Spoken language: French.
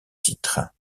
titres